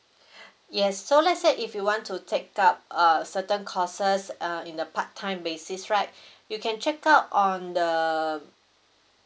yes so let's say if you want to take up a certain courses err in a part time basis right you can check out on the